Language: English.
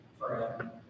forever